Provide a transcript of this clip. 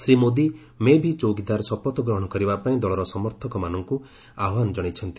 ଶ୍ରୀ ମୋଦି 'ମେ ଭି ଚୌକିଦାର' ଶପଥ ଗ୍ରହଣ କରିବାପାଇଁ ଦଳର ସମର୍ଥକମାନଙ୍କୁ ଆହ୍ୱାନ ଜଣାଇଛନ୍ତି